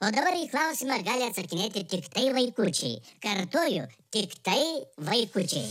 o dabar į klausimą gali atsakinėti tiktai vaikučiai kartoju tiktai vaikučiai